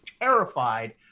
terrified